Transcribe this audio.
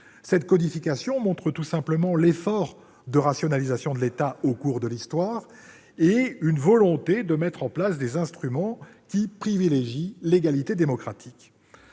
Cette codification montre tout simplement l'effort de rationalisation de l'État au cours de l'histoire et une volonté de mettre en place des instruments privilégiant l'égalité démocratique.